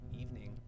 evening